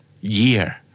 Year